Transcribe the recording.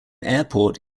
airport